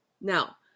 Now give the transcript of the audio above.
Now